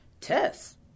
tests